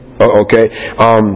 okay